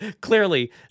clearly